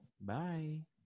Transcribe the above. Bye